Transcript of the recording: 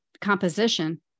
composition